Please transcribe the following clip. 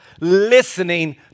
listening